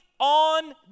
on